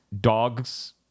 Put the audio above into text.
dogs